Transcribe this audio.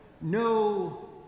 No